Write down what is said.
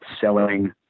selling